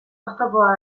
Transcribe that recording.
oztopoa